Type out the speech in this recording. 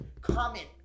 comment